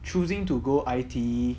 choosing to go I_T_E